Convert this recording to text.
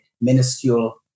minuscule